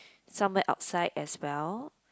somewhere outside as well